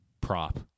prop